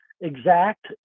exact